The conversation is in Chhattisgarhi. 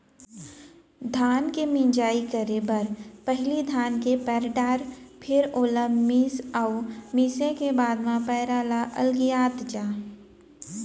धान के मिंजई करे बर पहिली धान के पैर डार फेर ओला मीस अउ मिसे के बाद म पैरा ल अलगियात जा